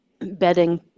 bedding